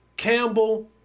Campbell